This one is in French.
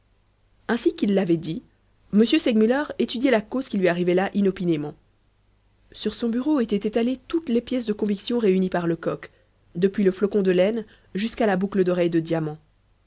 ainsi qu'il l'avait dit m segmuller étudiait la cause qui lui arrivait là inopinément sur son bureau étaient étalées toutes les pièces de conviction réunies par lecoq depuis le flocon de laine jusqu'à la boucle d'oreille de diamant